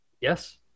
Yes